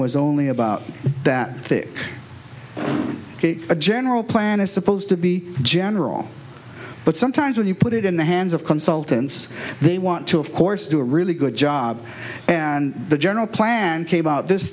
was only about that thick a general plan is supposed to be general but sometimes when you put it in the hands of consultants they want to of course do a really good job and the general plan came out this